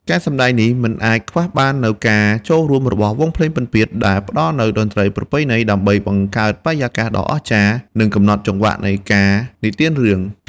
ការសម្តែងនេះមិនអាចខ្វះបាននូវការចូលរួមរបស់ វង់ភ្លេងពិណពាទ្យ ដែលផ្តល់នូវតន្ត្រីប្រពៃណីដើម្បីបង្កើតបរិយាកាសដ៏អស្ចារ្យ និងកំណត់ចង្វាក់នៃការនិទានរឿង។